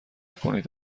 کنید